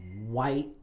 White